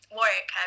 work